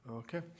Okay